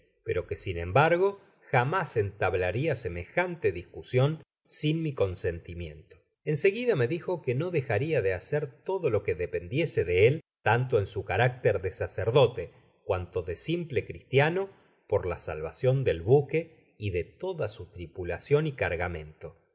pero que sin embargo jamás entablaria semejante discusion sin mi consentimiento en seguida me dijo queño dejaria de hacer todo lo que dependiese de él tanto en su carácter de saserdote cuanto de simple cristiano por la salvacion del buque y de toda su tripulacion y cargamento